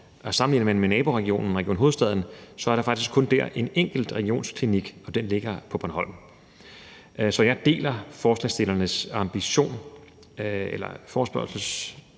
Sammenligner man med naboregionen, Region Hovedstaden, er der dér faktisk kun en enkelt regionsklinik, og den ligger på Bornholm. Så jeg deler forespørgernes ambition om, at der skal